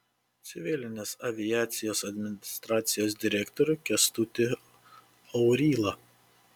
civilinės aviacijos administracijos direktorių kęstutį aurylą